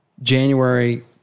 January